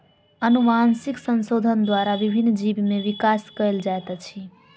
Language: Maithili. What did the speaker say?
अनुवांशिक संशोधन द्वारा विभिन्न जीव में विकास कयल जाइत अछि